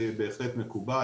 בהחלט מקובל,